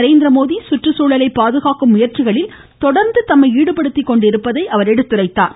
நரேந்திரமோடி சுற்றுச்சூழலை பாதுகாக்கும் முயற்சிகளில் தொடர்ந்து தம்மை ஈடுபடுத்திக்கொண்டிருப்பதை அவர் எடுத்துரைத்தார்